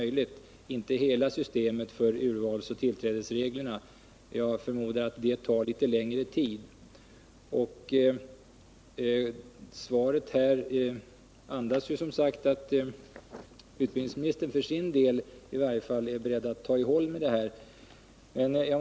Det gäller inte nu en ändring av hela systemet med urvalsoch tillträdesregler — jag förmodar att det tar litet längre tid. Av svaret framgår som sagt att utbildningsministern för sin del i varje fall är beredd att ta i håll med den här frågan.